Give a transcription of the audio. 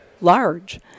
large